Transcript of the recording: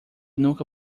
nunca